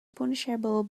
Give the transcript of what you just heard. punishable